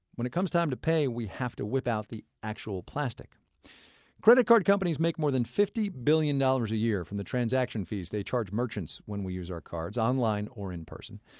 when it comes time to pay, we have to whip out the actual plastic credit card companies make more than fifty billion dollars a year from the transaction fees they charge merchants when we use our cards, online or in person.